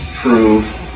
prove